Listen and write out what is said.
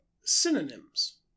synonyms